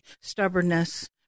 Stubbornness